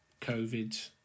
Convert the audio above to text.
COVID